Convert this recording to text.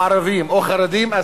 ערבים או חרדים,